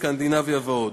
סקנדינביה ועוד.